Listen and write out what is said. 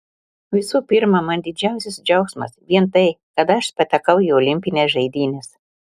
visų pirma man didžiausias džiaugsmas vien tai kad aš patekau į olimpines žaidynes